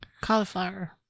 cauliflower